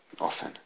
often